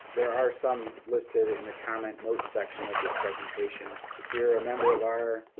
there are some listed in the comment notes section of this presentation. if you're a member of our